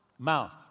mouth